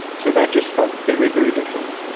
so that just felt very, very different.